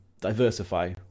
diversify